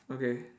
okay